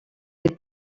des